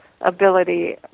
ability